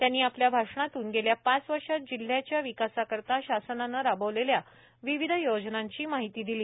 त्यांनी आपल्या भाषणातून गेल्या पाच वर्षात जिल्ह्याचा विकासाकरिता शासनाने राबविलेल्या विविध योजनांची माहिती दिली